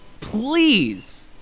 Please